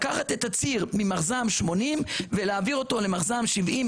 לקחת את הציר ממחז"מ 80 ולהעביר אותו למחז"מ 70,